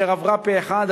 אשר עברה פה אחד,